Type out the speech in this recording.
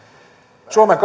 suomen